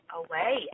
away